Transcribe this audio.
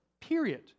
Period